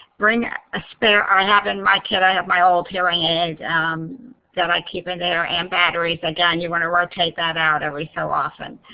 bring a ah spare i have in my kit, i have my old hearing aids and that i keep in there and batteries. again, you want to rotate that out every so often.